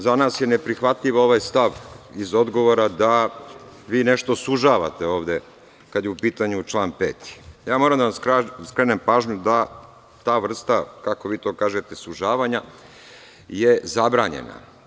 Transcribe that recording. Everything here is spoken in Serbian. Za nas je neprihvatljiv ovaj stav iz odgovora da vi nešto sužavate ovde kada je u pitanju član 5. Moram da vam skrenem pažnju da ta vrsta, kako vi kažete, sužavanja je zabranjena.